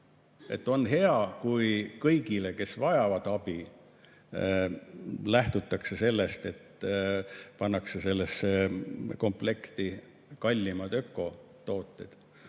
On hea, kui kõigi puhul, kes vajavad abi, lähtutakse sellest, et pannakse sellesse komplekti kallimad ökotooted.